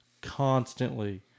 constantly